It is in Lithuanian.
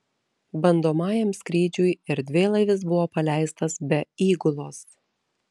bandomajam skrydžiui erdvėlaivis buvo paleistas be įgulos